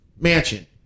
mansion